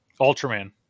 Ultraman